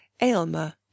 Aylmer